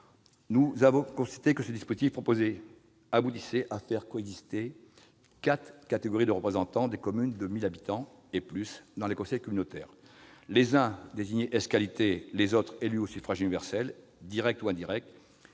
Nous avons constaté que ce dispositif aboutissait à faire coexister quatre catégories de représentants des communes de 1 000 habitants et plus dans les conseils communautaires, les uns désignés ès qualités, les autres élus au suffrage universel direct ou indirect.